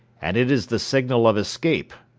and it is the signal of escape.